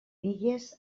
digues